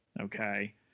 okay